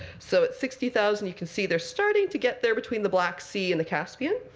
so at sixty thousand, you can see they're starting to get there between the black sea and the caspian.